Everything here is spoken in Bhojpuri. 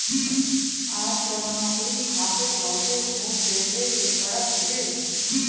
आजकल नोकरी खातिर बहुते घूस देवे के पड़त हवे